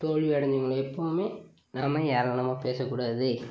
தோல்வி அடைஞ்சவங்களை எப்போவுமே நம்ம ஏளனமாக பேசக்கூடாது